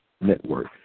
Network